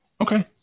Okay